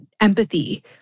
empathy